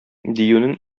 диюнең